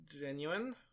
genuine